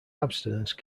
abstinence